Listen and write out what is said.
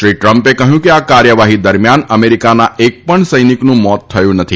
શ્રી ટ્રમ્પે કહ્યું કે આ કાર્યવાહી દરમિયાન અમેરિકાના એક પણ સૈનિકનું મોત થયું નથી